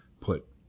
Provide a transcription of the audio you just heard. put